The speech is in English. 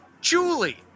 Julie